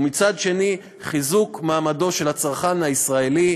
ומצד שני חיזוק מעמדו של הצרכן הישראלי.